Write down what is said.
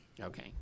okay